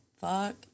Fuck